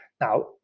now